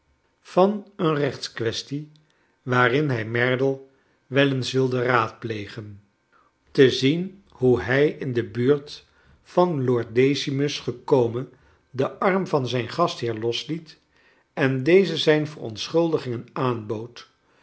van een rechtskwestie waarin hij merdle wel eens wilde raadplegen te zien hoe hij in de buurt van lord decimus gekomen den arm van zijn gastheer losliet en dezen zijn verontschuldigingen aanbood